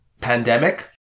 pandemic